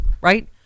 right